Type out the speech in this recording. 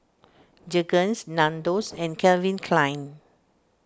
Jergens Nandos and Calvin Klein